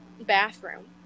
bathroom